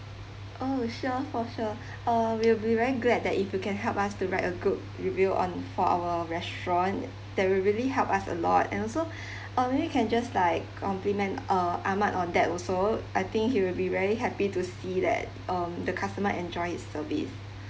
oh sure for sure uh we'll be very glad that if you can help us to write a good review on for our restaurant that will really help us a lot and also uh maybe you can just like compliment uh ahmad on that also I think he will be very happy to see that um the customer enjoyed his service